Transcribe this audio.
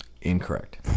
Incorrect